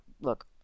look